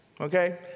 okay